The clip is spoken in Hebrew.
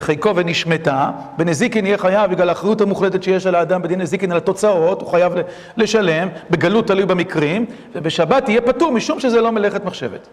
חיקו ונשמטה, ונזיקין יהיה חייב, בגלל האחריות המוחלטת שיש על האדם בדין נזיקין, על התוצאות, הוא חייב לשלם, בגלות עליו במקרים, ובשבת יהיה פתור, משום שזה לא מלאכת מחשבת.